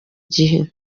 gihe